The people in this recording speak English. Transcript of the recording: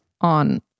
on